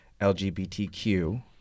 LGBTQ